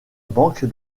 banque